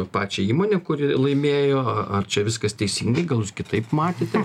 pačią įmonę kuri laimėjo a ar čia viskas teisingai gal jūs kitaip matėte